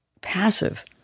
passive